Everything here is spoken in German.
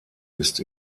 ist